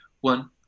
One